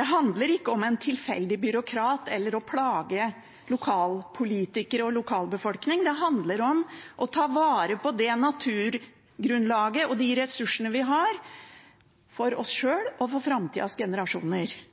Det handler ikke om en tilfeldig byråkrat eller å plage lokalpolitikere og lokalbefolkning, det handler om å ta vare på det naturgrunnlaget og de ressursene vi har, for oss sjøl og for